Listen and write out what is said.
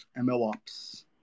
MLOps